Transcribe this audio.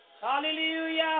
Hallelujah